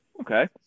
Okay